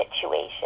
situation